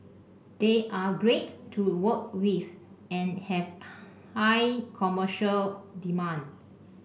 they are great to work with and have high commercial demand